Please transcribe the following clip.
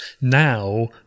now